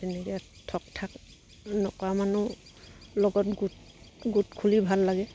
তেনেকৈ ঠগ ঠাগ নকৰা মানুহ লগত গোট গোট খুলিও ভাল লাগে